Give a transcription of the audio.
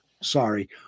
sorry